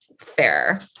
fair